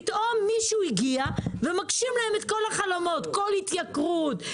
פתאום מישהו הגיע ומגשים להם את כל החלומות בכל ההתייקרויות,